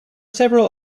several